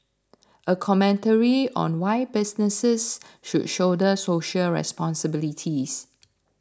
a commentary on why businesses should shoulder social responsibilities